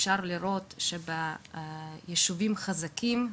שביישובים חזקים,